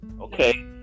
okay